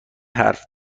حرف